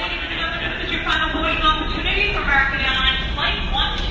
i